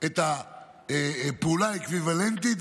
את הפעולה האקוויוולנטית,